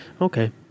Okay